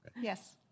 Yes